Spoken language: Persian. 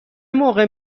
موقع